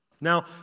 Now